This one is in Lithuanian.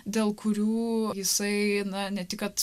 dėl kurių jisai na ne tik kad